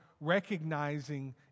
recognizing